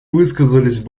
высказались